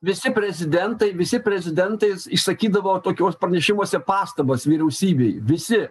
visi prezidentai visi prezidentais sakydavo tokios pranešimuose pastabas vyriausybei visi